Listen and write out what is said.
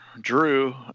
Drew